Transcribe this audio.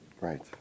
Right